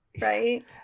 right